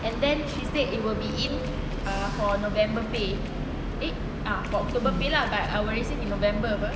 and then she say it will be in ah for november pay eh ah october pay lah but I will receive in november apa